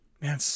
Man